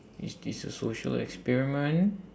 is this a social experiment